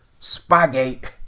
spygate